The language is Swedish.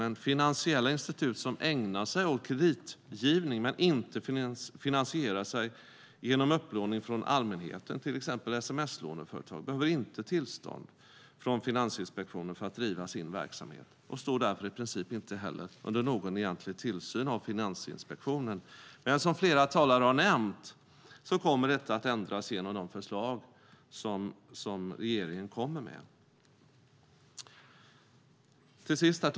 Men finansiella institut som ägnar sig åt kreditgivning men inte finansierar sig genom upplåning från allmänheten, till exempel sms-låneföretag, behöver inte tillstånd från Finansinspektionen för att driva sin verksamhet och står därför i princip inte heller under någon egentlig tillsyn av Finansinspektionen. Men som flera talare har nämnt kommer detta att ändras genom de förslag som regeringen kommer med. Herr talman!